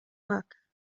luck